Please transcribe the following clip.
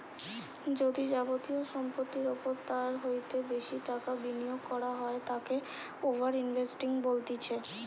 যদি যাবতীয় সম্পত্তির ওপর তার হইতে বেশি টাকা বিনিয়োগ করা হয় তাকে ওভার ইনভেস্টিং বলতিছে